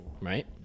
Right